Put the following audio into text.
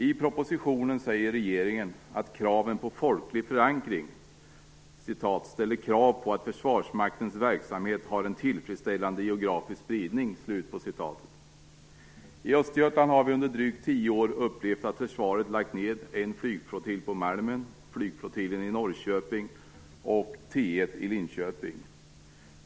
I propositionen säger regeringen att kraven på folklig förankring ställer krav på att Försvarsmaktens verksamhet har en tillfredsställande geografisk spridning. I Östergötland har vi under drygt tio år upplevt att försvaret har lagt ned en flygflottilj på Malmen, flygflottiljen i Norrköping och T 1 i Linköping.